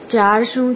4 શું છે